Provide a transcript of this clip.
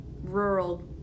rural